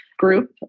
Group